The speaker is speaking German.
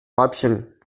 weibchen